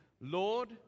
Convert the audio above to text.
Lord